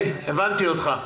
הבנתי אותך.